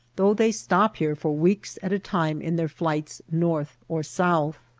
though they stop here for weeks at a time in their flights north or south.